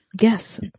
Yes